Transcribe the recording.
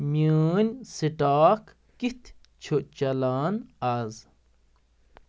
میٛٲنۍ سِٹاک کِتھ چِھ چَلان آز